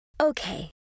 Okay